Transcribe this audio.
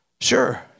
Sure